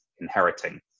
inheriting